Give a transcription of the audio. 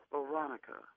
Veronica